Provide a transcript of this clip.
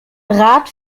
rad